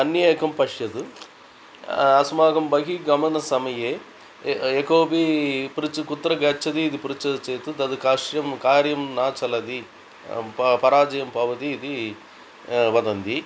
अन्ये एकं पश्यतु अस्माकं बहिः गमनसमये य यकोपि पृच् कुत्र गच्छति इति पृच्छति चेत् तद् कस्यं कार्यं न चलति प पराजयं भवति इति वदन्ति